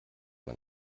man